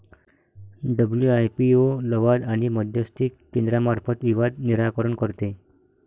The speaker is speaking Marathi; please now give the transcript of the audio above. डब्ल्यू.आय.पी.ओ लवाद आणि मध्यस्थी केंद्रामार्फत विवाद निराकरण करते